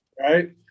Right